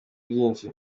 byinshi